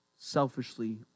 selfishly